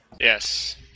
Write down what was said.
Yes